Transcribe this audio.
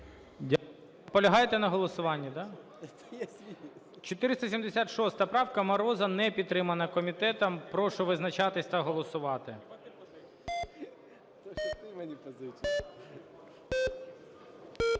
Дякую. Наполягаєте на голосуванні, да? 476 правка Мороза, не підтримана комітетом. Прошу визначатись та голосувати.